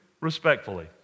respectfully